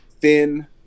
thin